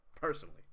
personally